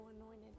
anointed